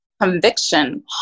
conviction